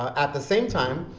at the same time,